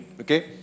Okay